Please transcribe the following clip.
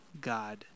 God